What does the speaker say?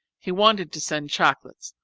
he wanted to send chocolates,